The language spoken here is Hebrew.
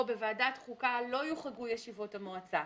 בוועדת חוקה לא יוחרגו ישיבות המועצה,